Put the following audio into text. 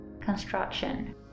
construction